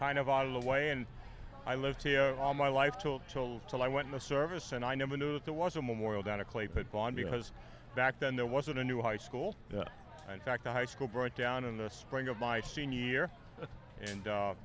kind of out of the way and i lived here all my life till till till i went in the service and i never knew that there was a memorial down of clay put on because back then there wasn't a new high school in fact the high school burnt down in the spring of my senior year and